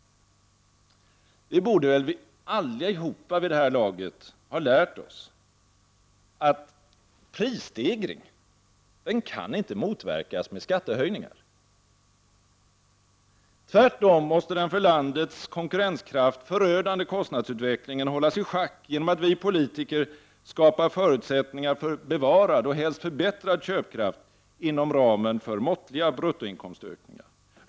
Vi borde väl alla vid det här laget ha lärt oss att prisstegring inte motverkas med skattehöjningar. Tvärtom måste den för landets konkurrenskraft förödande kostnadsutvecklingen hållas i schack genom att vi politiker skapar förutsättningar för bevarad och helst förbättrad köpkraft inom ramen för måttliga bruttoinkomstökningar.